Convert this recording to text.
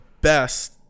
best